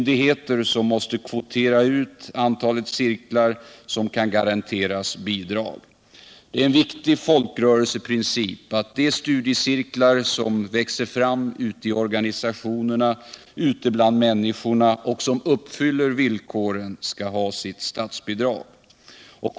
Det är en viktig folkrörelseprincip att de studiecirklar som växer fram ute i organisationerna, ute bland människorna, och som uppfyller villkoren skall ha sitt statsbidrag.